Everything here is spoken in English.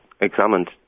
examined